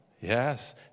Yes